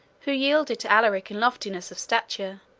who yielded to alaric in loftiness of stature,